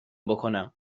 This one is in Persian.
بکنم